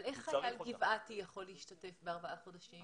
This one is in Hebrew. איך חייל גבעתי יכול להשתתף בארבעה חודשים?